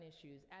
issues